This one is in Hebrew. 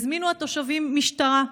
הזמינו התושבים משטרה.